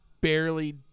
barely